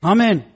Amen